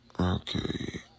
Okay